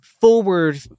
forward